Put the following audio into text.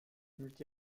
multi